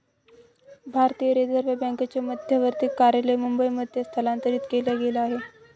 भारतीय रिझर्व बँकेचे मध्यवर्ती कार्यालय मुंबई मध्ये स्थलांतरित केला गेल आहे